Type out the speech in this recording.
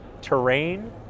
terrain